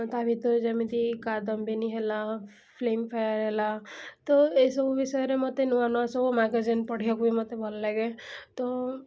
ତା'ଭିତରୁ ଯେମିତି କାଦମ୍ବିନୀ ହେଲା Filmfare ହେଲା ତ ଏସବୁ ବିଷୟରେ ମୋତେ ନୂଆ ନୂଆ ସବୁ ମ୍ୟାଗାଜିନ୍ ପଢ଼ିବାକୁ ମୋତେ ଭଲ ଲାଗେ ତ